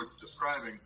describing